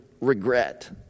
regret